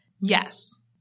Yes